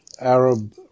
Arab